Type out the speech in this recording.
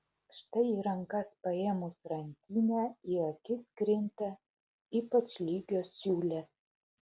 štai į rankas paėmus rankinę į akis krinta ypač lygios siūlės